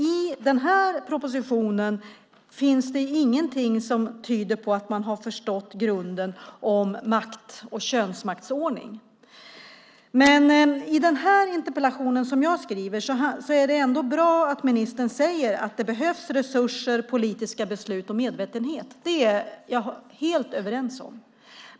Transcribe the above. I den här propositionen finns det ingenting som tyder på att man har förstått grunden för makt och könsmaktsordning. Det är bra att ministern i svaret på den interpellation som jag har skrivit säger att det behövs resurser, politiska beslut och medvetenhet. Det är vi helt överens om.